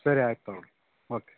ಸರಿ ಆಯ್ತು ತಗೊಳ್ಳಿ ಓಕೆ ಓಕೆ